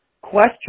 question